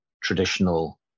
traditional